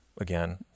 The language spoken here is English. again